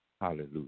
Hallelujah